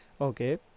Okay